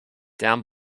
down